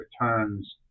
returns